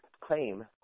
claim